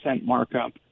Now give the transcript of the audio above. markup